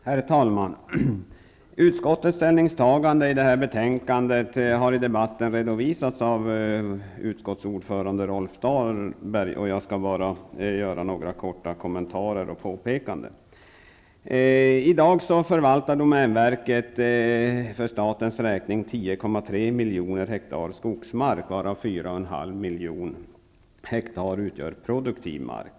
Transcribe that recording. Herr talman! Utskottets ställningstagande i det här betänkandet har i debatten redovisats av utskottsordförande Rolf Dahlberg, varför jag enbart skall avge några korta kommentarer och påpekanden. Domänverket förvaltar i dag för statens räkning 10,3 milj. hektar skogsmark, varav 4,5 milj. hektar utgörs av produktiv mark.